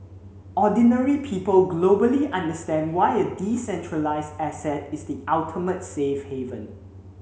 ordinary people globally understand why a decentralized asset is the ultimate safe haven